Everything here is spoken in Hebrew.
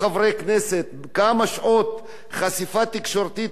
כמה שעות חשיפה תקשורתית היו לחברי הכנסת,